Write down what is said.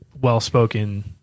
well-spoken